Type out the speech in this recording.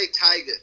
Tiger